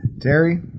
Terry